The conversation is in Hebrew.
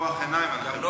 לפקוח עיניים עליכם.